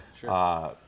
sure